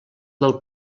del